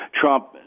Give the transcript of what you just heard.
Trump